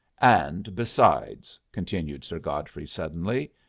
and besides, continued sir godfrey suddenly,